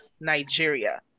Nigeria